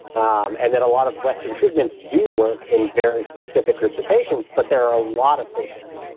um and then, a lot of western treatments do work in very specific groups of patients, but there are a lot of patients,